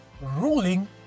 ruling